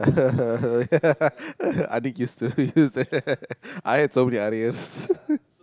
I think used to do that I had so many Arils